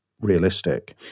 realistic